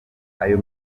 ayo